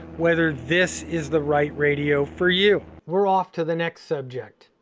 whether this is the right radio for you. we're off to the next subject.